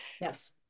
Yes